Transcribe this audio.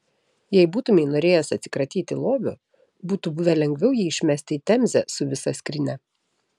jei būtumei norėjęs atsikratyti lobio būtų buvę lengviau jį išmesti į temzę su visa skrynia